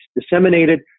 disseminated